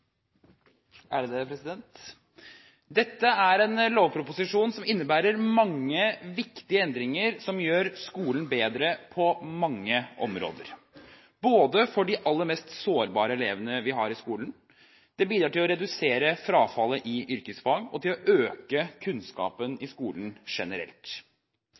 videregående skole. Dette er en lovproposisjon som innebærer mange viktige endringer som gjør skolen bedre på mange områder – for de aller mest sårbare elevene vi har i skolen, det bidrar til å redusere frafallet i yrkesfag og til å øke kunnskapen i skolen generelt.